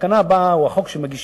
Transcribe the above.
התקנה הבאה, או החוק שמגישים,